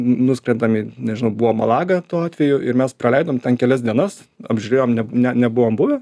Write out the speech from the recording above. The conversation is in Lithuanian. nuskrendam į nežinau buvo malaga tuo atveju ir mes praleidom ten kelias dienas apžiūrėjom ne ne nebuvome buvę